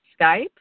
Skype